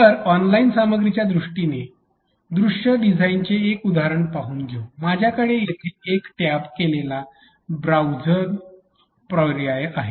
तर ऑनलाइन सामग्रीच्या दृष्टीने दृश्य डिझाइनचे उदाहरण म्हणून पाहू माझ्याकडे येथे टॅब केलेला ब्राउझिंग पर्याय आहे